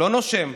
לא נושם,